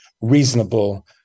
reasonable